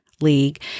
league